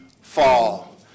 fall